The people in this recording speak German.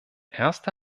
erste